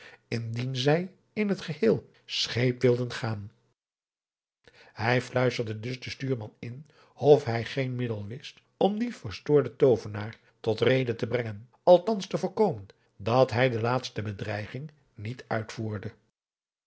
indien zij in het geheel scheep wilden gaan hij fluisterde dus den stuurman in of hij geen middel wist om dien verstoorden toovenaar tot rede te brengen althans te voorkomen dat hij de laatste bedreiging niet uitvoerde